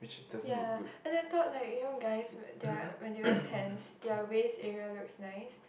ya and I thought like you know guys their when they wear pants their was it area looks nice